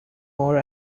more